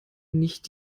nicht